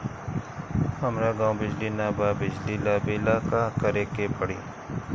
हमरा गॉव बिजली न बा बिजली लाबे ला का करे के पड़ी?